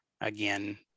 again